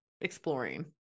exploring